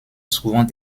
souvent